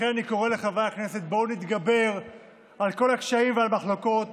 לכן אני קורא לחברי הכנסת: בואו נתגבר על כל הקשיים והמחלוקות,